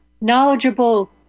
knowledgeable